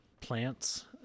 plants